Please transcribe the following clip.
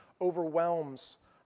overwhelms